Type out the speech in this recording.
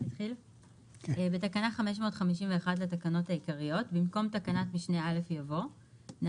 2. בתקנה 551 לתקנות העיקריות - במקום תקנת משנה (א) יבוא: "(א)